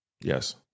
Yes